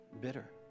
bitter